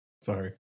Sorry